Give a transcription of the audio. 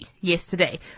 yesterday